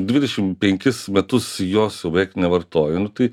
dvidešim penkis metus jos jau beveik nevartoju nu tai